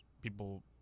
people